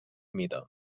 mida